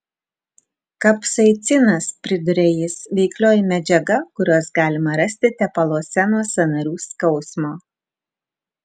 kapsaicinas priduria jis veiklioji medžiaga kurios galima rasti tepaluose nuo sąnarių skausmo